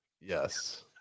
Yes